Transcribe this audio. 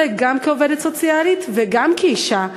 אלי גם כעובדת סוציאלית וגם כאישה,